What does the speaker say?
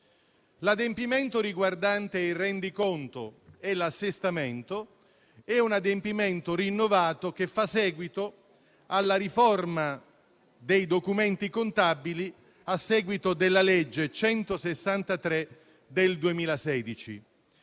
L'adempimento riguardante il rendiconto e l'assestamento è stato rinnovato a seguito della riforma dei documenti contabili e realizzata con la legge n. 163 del 2016.